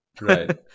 Right